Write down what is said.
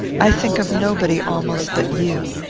i think of nobody almost but you.